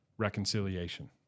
Reconciliation